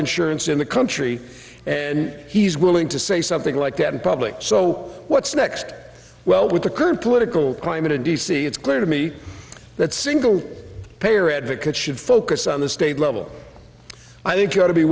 insurance in the country and he's willing to say something like that in public so what's next well with the current political climate in d c it's clear to me that single payer advocates should focus on the state level i think you ought to be